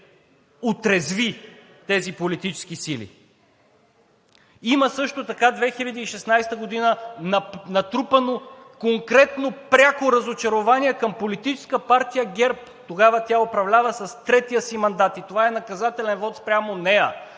отрезви тези политически сили? Има също така 2016 г. натрупано конкретно пряко разочарование към политическа партия ГЕРБ. Тогава тя управлява с втория си мандат. И това е наказателен вот спрямо нея!